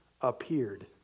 appeared